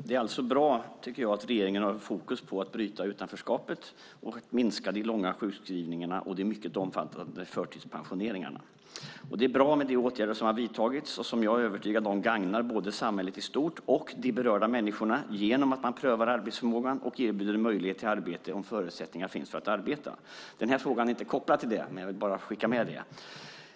Fru talman! Det är bra att regeringen har fokus på att bryta utanförskapet och minska de långa sjukskrivningarna och de mycket omfattande förtidspensioneringarna. Det är bra med de åtgärder som har vidtagits och som jag är övertygad om gagnar både samhället i stort och de berörda människorna genom att man prövar arbetsförmågan och erbjuder möjlighet till arbete om förutsättningar finns för att arbeta. Denna fråga är inte kopplad till det, men jag vill skicka med det.